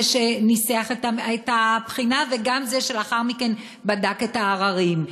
שניסח את הבחינה וגם זה שלאחר מכן בדק את העררים,